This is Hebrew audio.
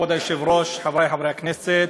כבוד היושב-ראש, חברי חברי הכנסת,